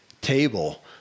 table